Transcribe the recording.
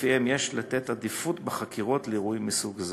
שלפיהן יש עדיפות בחקירות לאירועים מסוג זה.